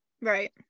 Right